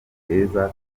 keza